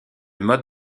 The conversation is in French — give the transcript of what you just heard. mode